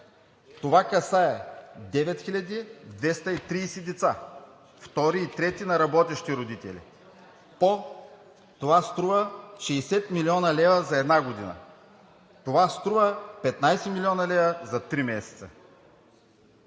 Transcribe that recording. Това касае 9230 деца, втори и трети на работещи родители. Това струва 60 млн. лв. за една година. Това струва 15 млн. лв. за три месеца.